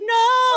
no